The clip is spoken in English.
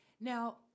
Now